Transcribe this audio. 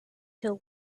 till